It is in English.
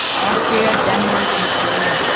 austria, denmark, and korea.